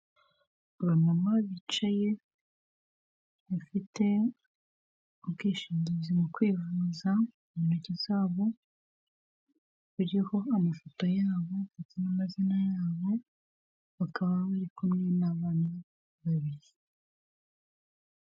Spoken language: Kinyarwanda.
Abamama bicaye bafite ubwishingizi mu kwivuza mu ntoki z'abo buriho amafoto y'abo ndetse n'amazina y'abo, bakaba bari kumwe n'abana babiri.